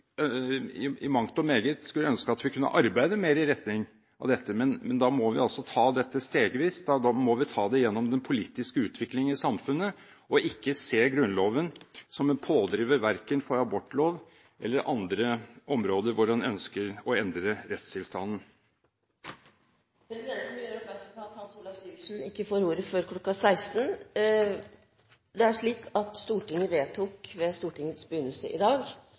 ønske at vi kunne arbeide mer i retning av dette, men da må vi ta dette stegvis; da må vi ta det gjennom den politiske utviklingen i samfunnet og ikke se på Grunnloven som en pådriver verken for abortlov eller for andre områder hvor en ønsker å endre rettstilstanden. Presidenten vil gjøre oppmerksom på at representanten Hans Olav Syversen ikke får ordet før kl. 16. Stortinget vedtok ved Stortingets begynnelse i dag